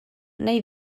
neu